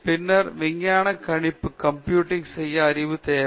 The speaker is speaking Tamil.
பின்னர் விஞ்ஞான கணினி ஆய்வு செய்ய அறிவு தேவை